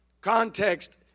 Context